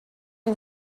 yng